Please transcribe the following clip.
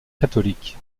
catholique